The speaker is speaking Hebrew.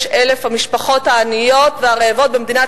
446,000 המשפחות העניות והרעבות במדינת